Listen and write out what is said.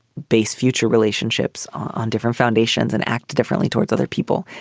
base future relationships on different foundations and act differently towards other people.